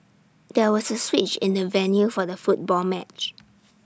there was A switch in the venue for the football match